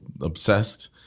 obsessed